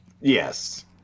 Yes